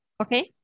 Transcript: Okay